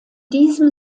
diesem